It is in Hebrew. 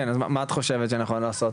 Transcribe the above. מה את חושבת שנכון לעשות?